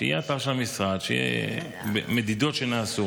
שיהיה אתר של המשרד של המדידות שנעשו.